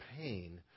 pain